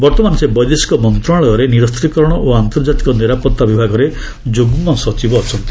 ବର୍ତ୍ତମାନ ସେ ବୈଦେଶିକ ମନ୍ତ୍ରଣାଳୟରେ ନିରସ୍ତିକରଣ ଓ ଆନ୍ତର୍ଜାତିକ ନିରାପତ୍ତା ବିଭାଗରେ ଯୁଗ୍ମ ସଚିବ ଅଛନ୍ତି